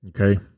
okay